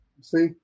See